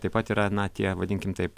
taip pat yra na tie vadinkim taip